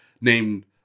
named